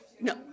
No